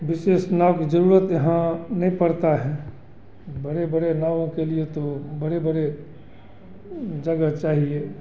विशेष नाव की ज़रूरत यहाँ नहीं पड़ता है बड़े बड़े नावों के लिए तो बड़े बड़े जगह चाहिए